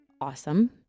awesome